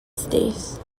states